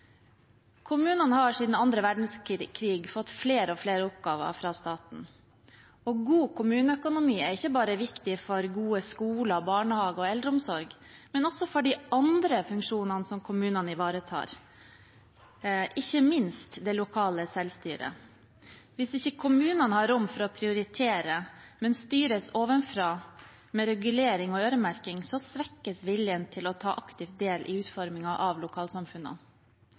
Kommunene har siden annen verdenskrig fått flere og flere oppgaver fra staten. God kommuneøkonomi er viktig ikke bare for gode skoler, barnehager og eldreomsorg, men også for de andre funksjonene kommunene ivaretar – ikke minst det lokale selvstyret. Hvis ikke kommunene har rom for å prioritere, men styres ovenfra med regulering og øremerking, svekkes viljen til å ta aktiv del i utformingen av lokalsamfunnene.